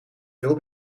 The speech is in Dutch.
veel